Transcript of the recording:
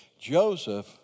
Joseph